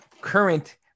current